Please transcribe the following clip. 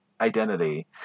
identity